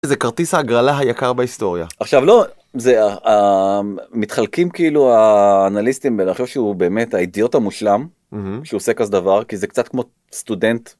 זה כרטיס הגרלה היקר בהיסטוריה עכשיו לא זה מתחלקים כאילו אנליסטים בלחשוב שהוא באמת האידיוט המושלם שעושה כזה דבר כי זה קצת כמו סטודנט.